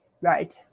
Right